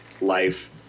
life